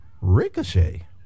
Ricochet